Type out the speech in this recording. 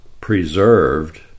preserved